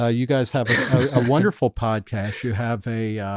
ah you guys have a wonderful podcast you have a ah,